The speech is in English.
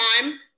time